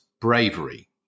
bravery